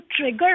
trigger